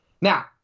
Now